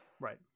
Right